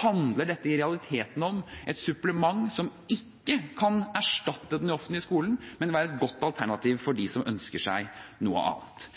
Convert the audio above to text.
handler dette i realiteten om et supplement som ikke kan erstatte den offentlige skolen, men det kan være et godt alternativ for